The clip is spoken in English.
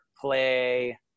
play